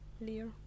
Lear